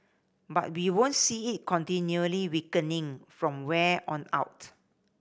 but we won't see it continually weakening from where on out